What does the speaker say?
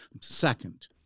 Second